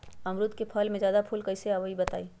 अमरुद क फल म जादा फूल कईसे आई बताई?